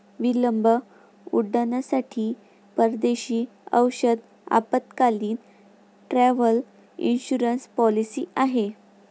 विलंब उड्डाणांसाठी परदेशी औषध आपत्कालीन, ट्रॅव्हल इन्शुरन्स पॉलिसी आहे